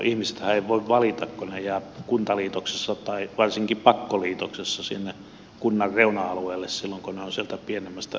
ihmisethän eivät voi valita kun he jäävät kuntaliitoksissa tai varsinkin pakkoliitoksissa sinne kunnan reuna alueille silloin kun he ovat sieltä pienemmistä reunakunnista